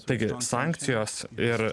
taigi sankcijos ir